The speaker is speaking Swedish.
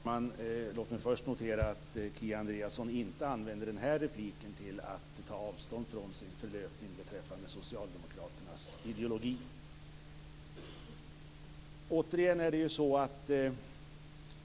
Herr talman! Låt mig först notera att Kia Andreasson inte använde den här repliken till att ta avstånd från sin förlöpning beträffande Socialdemokraternas ideologi.